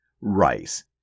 rice